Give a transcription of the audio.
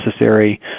necessary